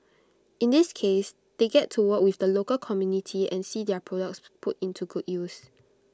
in this case they get to work with the local community and see their products put into good use